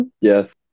Yes